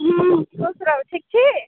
हँ खुश रहू ठीक छी